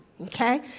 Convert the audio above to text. okay